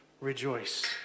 rejoice